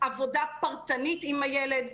עבודה פרטנית עם הילד.